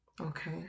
Okay